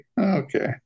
Okay